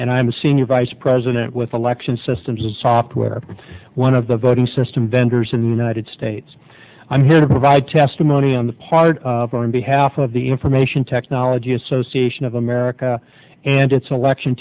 and i'm a senior vice president with election systems and software one of the voting system vendors in the united states i'm here to provide testimony on the part on behalf of the information technology association of america and its selection